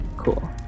cool